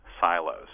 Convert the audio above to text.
silos